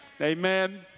Amen